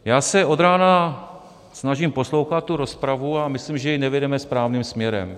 Já se od rána snažím poslouchat tu rozpravu a myslím, že ji nevedeme správným směrem.